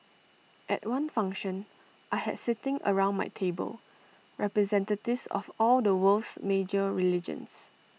at one function I had sitting around my table representatives of all the world's major religions